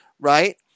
right